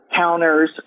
counters